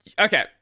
Okay